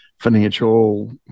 financial